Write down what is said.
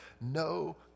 no